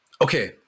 Okay